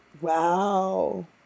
Wow